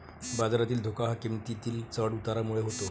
बाजारातील धोका हा किंमतीतील चढ उतारामुळे होतो